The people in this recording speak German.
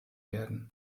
werden